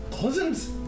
cousins